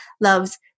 loves